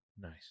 Nice